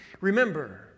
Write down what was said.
Remember